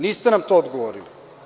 Niste nam to odgovorili.